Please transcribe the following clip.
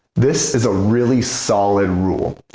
this is a really solid rule.